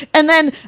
and then,